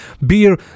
Beer